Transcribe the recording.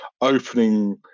opening